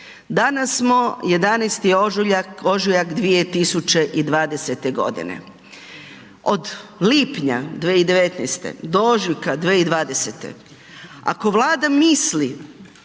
danas smo 11. ožujak 2020. godine, od lipnja 2019. do ožujka 2020. ako Vlada misli